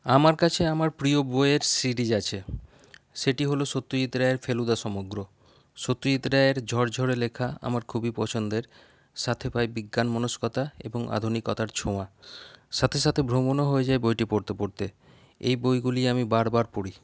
আমার কাছে আমার প্রিয় বইয়ের সিরিজ আছে সেটি হল সত্যজিৎ রায়ের ফেলুদা সমগ্র সত্যজিৎ রায়ের ঝরঝরে লেখা আমার খুবই পছন্দের সাথে পাই বিজ্ঞানমনস্কতা এবং আধুনিকতার ছোঁয়া সাথে সাথে ভ্রমণও হয়ে যায় বইটি পড়তে পড়তে এই বইগুলি আমি বারবার পড়ি